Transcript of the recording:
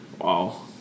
Wow